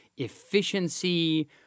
efficiency